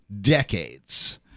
decades